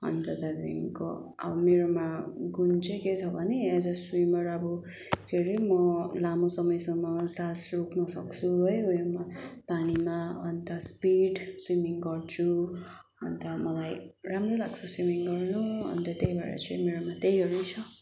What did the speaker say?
अन्त त्यहाँदेखिको मेरोमा गुण चाहिँ के छ भने एज ए स्विमर अब के अरे म लामो समयसम्म सास रोक्नसक्छु है उ म पानीमा अन्त स्पिड स्विमिङ गर्छु अन्त मलाई राम्रो लाग्छ स्विमिङ गर्नु अन्त त्यही भएर चाहिँ मेरोमा त्यहीहरू छ